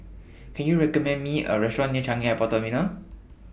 Can YOU recommend Me A Restaurant near Changi Airport Terminal